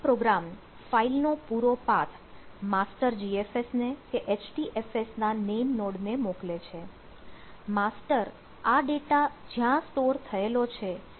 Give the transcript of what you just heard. client program માં પ્રવેશ મેળવે છે